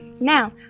Now